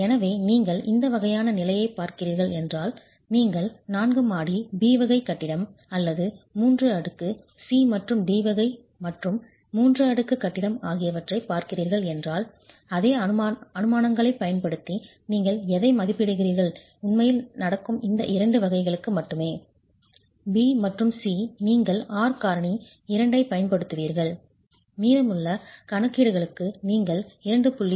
எனவே நீங்கள் இந்த வகையான நிலையைப் பார்க்கிறீர்கள் என்றால் நீங்கள் நான்கு மாடி B வகை கட்டிடம் அல்லது 3 அடுக்கு C மற்றும் D வகை மற்றும் 3 அடுக்கு கட்டிடம் ஆகியவற்றைப் பார்க்கிறீர்கள் என்றால் அதே அனுமானங்களைப் பயன்படுத்தி நீங்கள் எதை மதிப்பிடுகிறீர்கள் உண்மையில் நடக்கும் இந்த இரண்டு வகைகளுக்கு மட்டுமே B மற்றும் C நீங்கள் R காரணி 2 ஐப் பயன்படுத்துவீர்கள் மீதமுள்ள கணக்கீடுகளுக்கு நீங்கள் 2